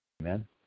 Amen